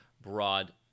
broad